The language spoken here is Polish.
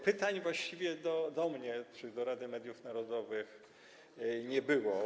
Pytań właściwie do mnie, czyli do Rady Mediów Narodowych, nie było.